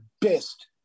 best